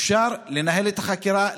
אפשר לנהל את החקירה,